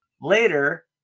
Later